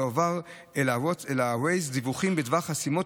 יועברו ל-Waze דיווחים בדבר חסימות,